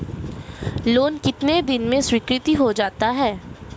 Loan कितने दिन में स्वीकृत हो जाता है?